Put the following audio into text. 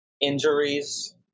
injuries